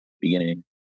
beginning